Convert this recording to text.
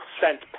sent